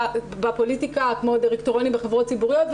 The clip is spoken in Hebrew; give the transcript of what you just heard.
כמו בדירקטוריונים בחברות ציבוריות,